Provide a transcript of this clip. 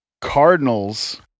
Cardinals